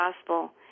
gospel